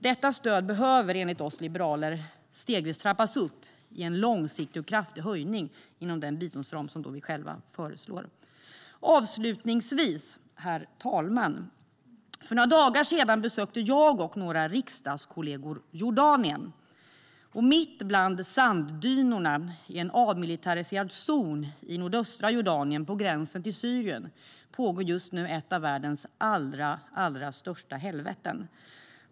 Detta stöd behöver enligt oss liberaler stegvis trappas upp i en långsiktig och kraftig höjning inom den biståndsram som vi själva föreslår. Avslutningsvis, herr talman: För några dagar sedan besökte jag och några riksdagskollegor Jordanien. Mitt bland sanddynerna i en avmilitariserad zon i nordöstra Jordanien på gränsen till Syrien finns just nu ett av världens allra största helveten.